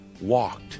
walked